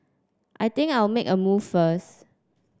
I think I'll make a move first